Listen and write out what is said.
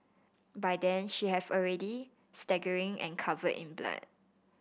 by then she have already staggering and covered in blood